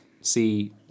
see